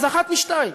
אז אחת משתיים: